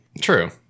True